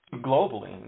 globally